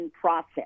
process